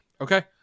Okay